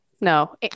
No